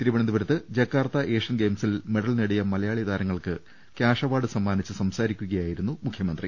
തിരുവനന്തപുരത്ത് Jakarta Asian ഗെയിംസിൽ medal നേടിയ മലയാളി താരങ്ങൾക്ക് ക്യാഷ് അവാർഡ് സമ്മാനിച്ച് സംസാരിക്കുകയായിരുന്നു മുഖ്യമന്ത്രി